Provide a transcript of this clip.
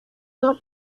dos